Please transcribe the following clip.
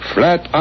Flat